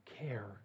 care